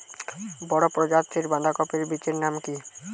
বড় প্রজাতীর বাঁধাকপির বীজের নাম কি?